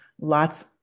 lots